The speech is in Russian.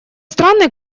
странный